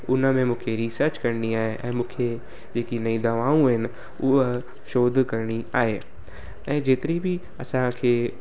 उन में मूंखे रिसर्च करणी आहे ऐं मूंखे जेकी इन जी दवाऊं आहिनि उहा शोध करिणी आहे ऐं जेतिरी बि असांखे